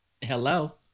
Hello